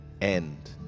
end